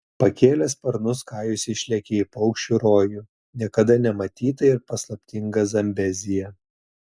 pakėlęs sparnus kajus išlekia į paukščių rojų niekada nematytą ir paslaptingą zambeziją